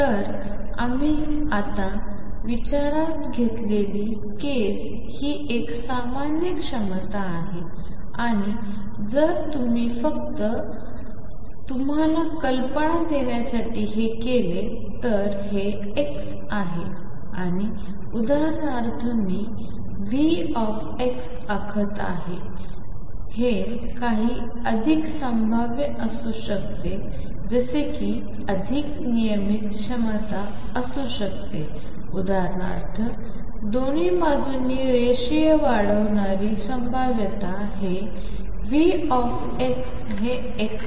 तर आम्ही आता विचारात घेतलेली केस ही एक सामान्य क्षमता आहे आणि जर तुम्ही फक्त तुम्हाला कल्पना देण्यासाठी हे केले तर हे x आहे आणि उदाहरणार्थ मी V आखत आहे हे काही अधिक संभाव्य असू शकते जसे की अधिक नियमित क्षमता असू शकते उदाहरणार्थ दोन बाजूंनी रेषीय वाढणारी संभाव्यता हे V हे x